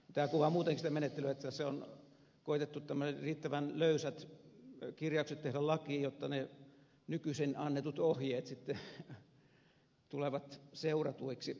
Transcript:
tämä kuvaa muutenkin sitä menettelyä että on koetettu riittävän löysät kirjaukset tehdä lakiin jotta ne nykyisin annetut ohjeet sitten tulevat seuratuiksi